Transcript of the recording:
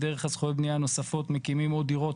ודרך הזכויות בנייה הנוספות מקימים עוד דירות,